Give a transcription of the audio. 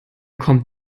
kommt